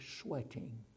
sweating